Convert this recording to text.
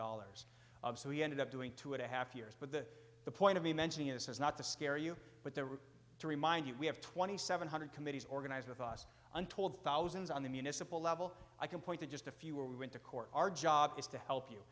dollars so he ended up doing two and a half years but the point of mentioning this is not to scare you but there to remind you we have two thousand seven hundred committees organized with us untold thousands on the municipal level i can point to just a few where we went to court our job is to help you